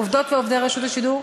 עובדות ועובדי רשות השידור,